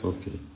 Okay